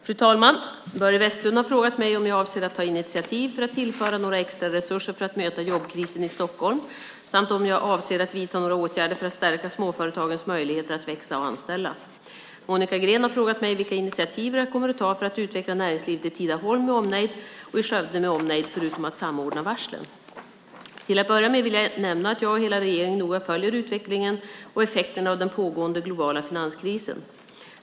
Fru talman! Börje Vestlund har frågat mig om jag avser att ta initiativ för att tillföra några extra resurser för att möta jobbkrisen i Stockholm samt om jag avser att vidta några åtgärder för att stärka småföretagens möjligheter att växa och anställa. Monica Green har frågat mig vilka initiativ jag kommer att ta för att utveckla näringslivet i Tidaholm med omnejd och i Skövde med omnejd, förutom att samordna varslen. Till att börja med vill jag nämna att jag och hela regeringen noga följer utvecklingen och effekterna av den pågående globala finanskrisen.